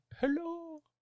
Hello